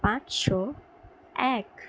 পাঁচশো এক